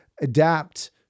adapt